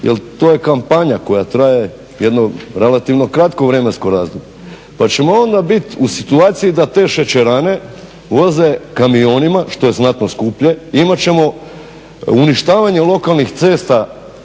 jer to je kampanja koja traje jedno relativno kratko vremensko razdoblje. Pa ćemo onda biti u situaciji da te šećerane voze kamionima što je znatno skuplje, imat ćemo uništavanje lokalnih cesta